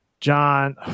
John